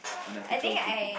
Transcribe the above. unethical kaypoh